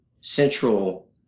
central